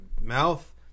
mouth